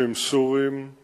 סוריים